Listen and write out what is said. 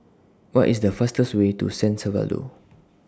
What IS The fastest Way to San Salvador